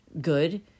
good